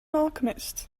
alchemist